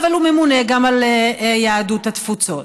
אבל הוא ממונה גם על יהדות התפוצות.